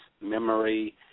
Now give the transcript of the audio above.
memory